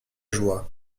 joie